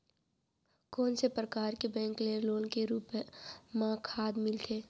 कोन से परकार के बैंक ले लोन के रूप मा खाद मिलथे?